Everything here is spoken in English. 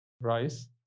rice